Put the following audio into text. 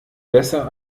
besser